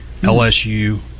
LSU